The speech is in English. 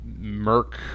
merc